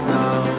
now